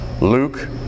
Luke